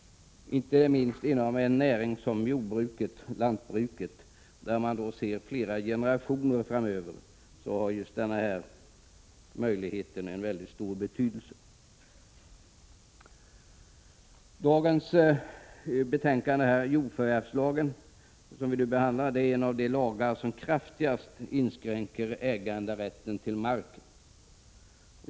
Inte minst inom en näring som jordbruket, där man ser flera generationer framåt, har denna möjlighet stor betydelse. Det betänkande vi nu behandlar gäller jordförvärvslagen. Jordförvärvslagen är en av de lagar som kraftigast inskränker äganderätten till mark.